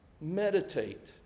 Meditate